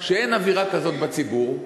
שאין אווירה כזאת בציבור,